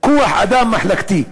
כוח-אדם מחלקתי,